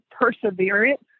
perseverance